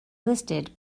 listed